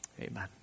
Amen